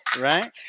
right